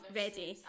ready